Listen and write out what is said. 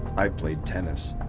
i played tennis.